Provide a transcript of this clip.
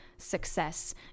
success